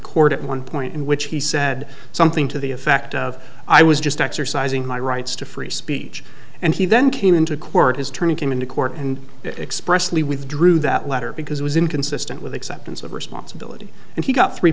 court at one point in which he said something to the effect of i was just exercising my rights to free speech and he then came into court his turn came into court and expressly withdrew that letter because it was inconsistent with acceptance of responsibility and he got three